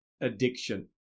addiction